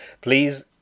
please